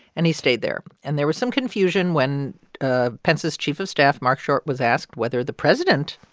and he stayed there, and there was some confusion when ah pence's chief of staff, marc short, was asked whether the president